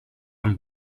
amb